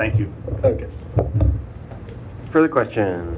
thank you for the question